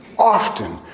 often